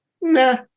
nah